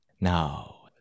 Now